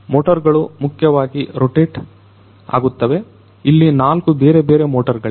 motor ಗಳು ಮುಖ್ಯವಾಗಿ rotate ಆಗುತ್ತವೆ ಇಲ್ಲಿ 4 ಬೇರೆ ಬೇರೆ ಮೋಟರ್ ಗಳಿವೆ